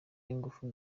ingufu